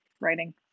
Writing